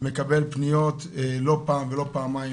מקבל פניות לא פעם ולא פעמיים,